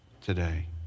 today